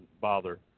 bother